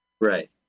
Right